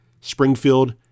Springfield